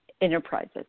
enterprises